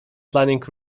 planning